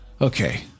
okay